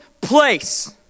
place